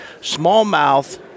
Smallmouth